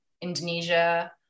Indonesia